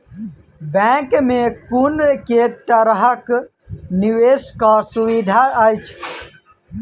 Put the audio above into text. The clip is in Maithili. बैंक मे कुन केँ तरहक निवेश कऽ सुविधा अछि?